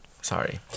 Sorry